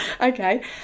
okay